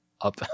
up